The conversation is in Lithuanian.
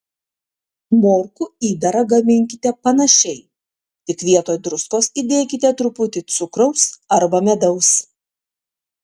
morkų įdarą gaminkite panašiai tik vietoj druskos įdėkite truputį cukraus arba medaus